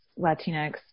Latinx